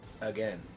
Again